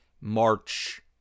March